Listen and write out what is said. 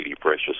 precious